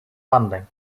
landing